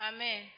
Amen